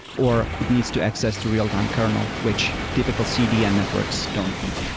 or it needs to access to real-time kernel, which typical cdn networks don't need.